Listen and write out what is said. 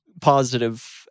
positive